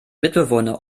mitbewohner